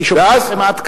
כי שומעים אתכם עד כאן.